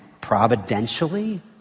providentially